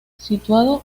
situado